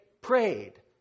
prayed